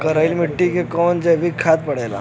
करइल मिट्टी में कवन जैविक खाद पड़ेला?